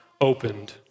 opened